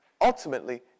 ultimately